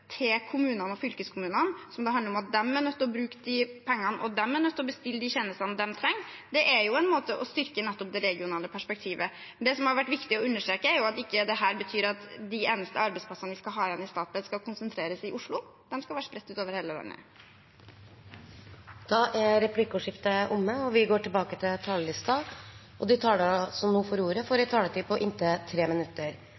kommunene og fylkeskommunene, som da handler om at de er nødt til å bruke de pengene, og de er nødt til å bestille de tjenestene de trenger, er en måte å styrke nettopp det regionale perspektivet på. Men det som har vært viktig å understreke, er at dette ikke betyr at de eneste arbeidsplassene vi skal ha igjen i Statped, skal konsentreres i Oslo. De skal være spredt utover hele landet. Replikkordskiftet er omme. De talere som heretter får ordet, har en taletid på inntil 3 minutter. Stortingsmeldinga har gode intensjonar, og